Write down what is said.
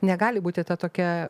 negali būti ta tokia